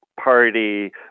party